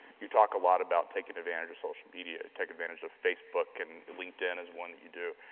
you talk a lot about taking advantage of social media, take advantage of facebook and linkedin is one that you do.